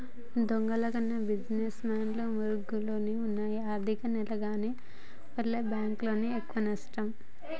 దొంగల కన్నా బిజినెస్ మెన్ల ముసుగులో వున్న ఆర్ధిక నేరగాల్ల వల్లే బ్యేంకులకు ఎక్కువనష్టం